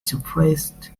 depressed